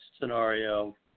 scenario